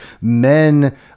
men